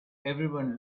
everyone